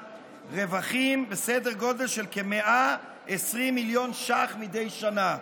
רווחים בסדר גודל של כ-120 מיליון ש"ח מדי שנה,